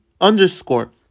underscore